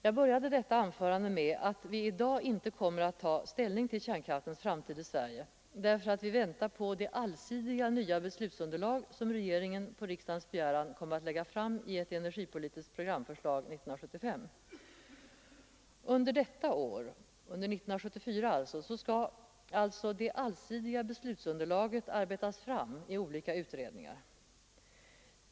Jag började detta anförande med att säga att vi i dag inte skall ta ställning till kärnkraftens framtid i Sverige, eftersom vi väntar på det allsidiga nya beslutsunderlag som regeringen på riksdagens begäran kommer att lägga fram i ett energipolitiskt programförslag år 1975. Under innevarande år skall alltså det allsidiga beslutsunderlaget arbetas fram i olika utredningar.